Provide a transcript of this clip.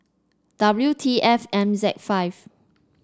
W T F M Z five